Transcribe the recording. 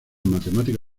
matemático